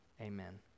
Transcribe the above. Amen